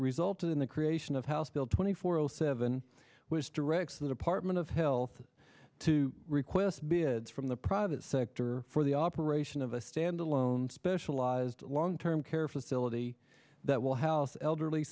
resulted in the creation of house bill twenty four zero seven which directs the department of health to request bid from the private sector for the operation of a standalone specialized long term care facility that will house elderly